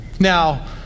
Now